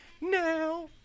now